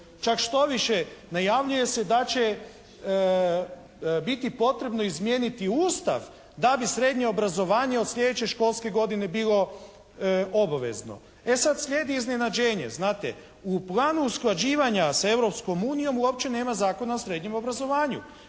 Čak štoviše najavljuje se da će biti potrebno izmijeniti Ustav da bi srednje obrazovanje od sljedeće školske godine bilo obvezno. E sad slijedi iznenađenje, znate, u planu usklađivanja sa Europskom unijom uopće nema Zakona o srednjem obrazovanju.